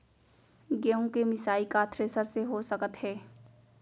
गेहूँ के मिसाई का थ्रेसर से हो सकत हे?